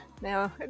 Now